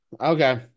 Okay